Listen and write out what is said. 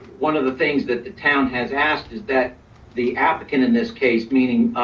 one of the things that the town has asked is that the applicant in this case, meaning